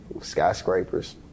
skyscrapers